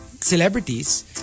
celebrities